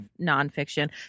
nonfiction